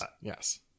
yes